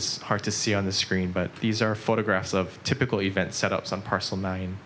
is hard to see on the screen but these are photographs of a typical event set up some parcel